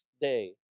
day